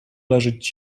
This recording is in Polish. leżeć